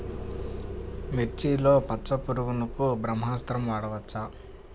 మిర్చిలో పచ్చ పురుగునకు బ్రహ్మాస్త్రం వాడవచ్చా?